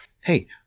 Hey